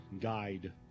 guide